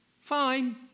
Fine